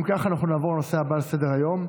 אם כך, אנחנו נעבור לנושא הבא שעל סדר-היום,